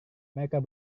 mereka